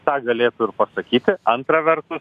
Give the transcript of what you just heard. tą galėtų ir pasakyti antra vertus